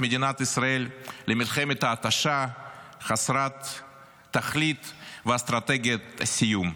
מדינת ישראל למלחמת התשה חסרת תכלית ואסטרטגיית סיום.